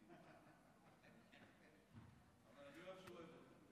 שנקראת "עשר מעלות ימינה".